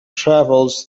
travels